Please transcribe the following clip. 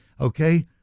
okay